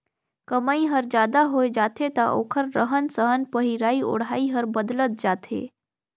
कमई हर जादा होय जाथे त ओखर रहन सहन पहिराई ओढ़ाई हर बदलत जाथे